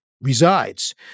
resides